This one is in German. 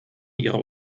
ihrer